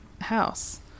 house